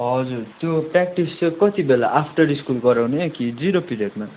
हजुर त्यो प्रेक्टिस चाहिँ कति बेला आफ्टर स्कुल गराउने कि जिरो पिरियडमा